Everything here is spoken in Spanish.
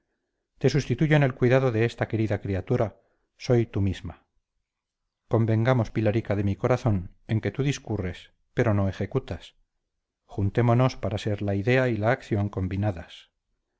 sustituyo en el cuidado de esta querida criatura soy tú misma convengamos pilarica de mi corazón en que tú discurres pero no ejecutas juntémonos para ser la idea y la acción combinadas